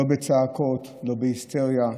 לא בצעקות, לא בהיסטריה,